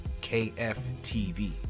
KFTV